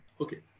okay